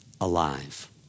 alive